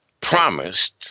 promised